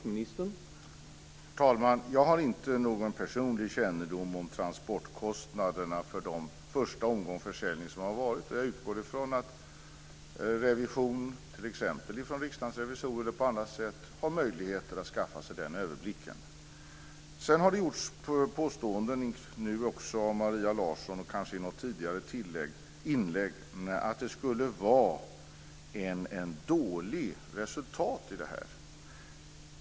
Herr talman! Jag har inte någon personlig kännedom om transportkostnaderna för den första omgång försäljning som har varit. Jag utgår från att en revision, t.ex. från Riksdagens revisorer eller på annat sätt, har möjlighet att skaffa sig en överblick. Sedan har det gjorts påståenden, nu av Maria Larsson och kanske också i något tidigare inlägg, om att det skulle vara ett dåligt resultat i det här.